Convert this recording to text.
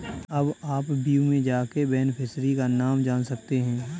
अब आप व्यू में जाके बेनिफिशियरी का नाम जान सकते है